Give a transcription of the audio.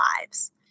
lives